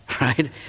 right